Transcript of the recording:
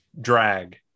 Drag